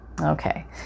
Okay